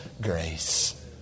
grace